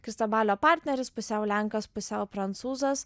kristobalio partneris pusiau lenkas pusiau prancūzas